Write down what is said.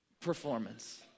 performance